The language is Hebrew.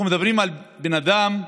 אנחנו מדברים על בן אדם,